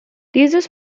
dieses